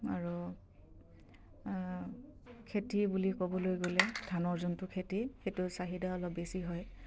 আৰু খেতি বুলি ক'বলৈ গ'লে ধানৰ যোনটো খেতি সেইটো চাহিদা অলপ বেছি হয়